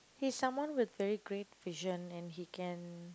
he's someone with very great vision and he can